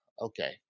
Okay